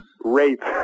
Rape